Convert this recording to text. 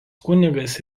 kunigas